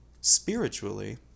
spiritually